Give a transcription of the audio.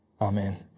Amen